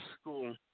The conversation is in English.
school